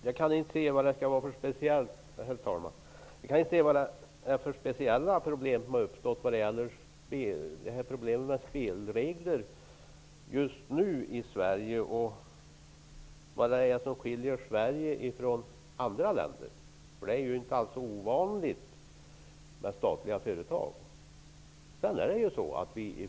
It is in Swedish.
Herr talman! Jag kan inte se vad det är för speciella problem som uppstått när det gäller spelregler just nu i Sverige. Vad är det som skiljer Sverige från andra länder? Det är ju inte alls ovanligt med statliga företag.